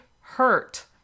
hurt